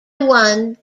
one